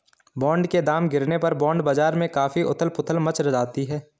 bond के दाम गिरने पर बॉन्ड बाजार में काफी उथल पुथल मच जाती है